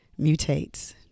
mutates